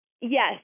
Yes